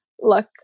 look